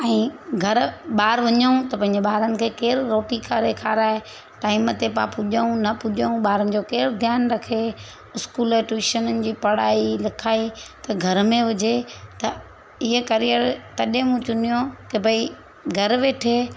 ऐं घर ॿाहिरि वञूं त पंहिंजे ॿारनि खे केरु रोटी करे खाराए टाइम ते पाण पुजऊं न पुजऊं ॿारनि जो केरु ध्यानु रखे स्कूल ट्यूशननि जी पढ़ाई लिखाई त घर में हुजे त ईअं करियर तॾहिं मूं चुनियो कि भई घरु वेठे